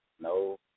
no